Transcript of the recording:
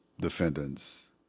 defendants